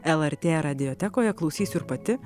lrt radiotekoje klausysiu ir pati